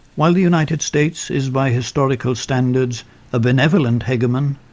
while the united states is by historical standards a benevolent hegemon,